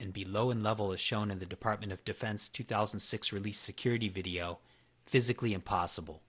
and be low and level as shown in the department of defense two thousand and six release security video physically impossible